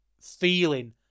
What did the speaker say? feeling